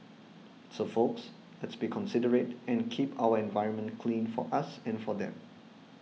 so folks let's be considerate and keep our environment clean for us and for them